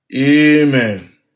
Amen